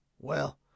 Well